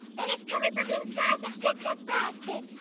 and it's coming from inside the picnic basket.